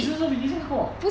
几时听 one fifty 过